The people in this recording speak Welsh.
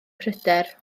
pryder